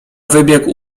wybiegł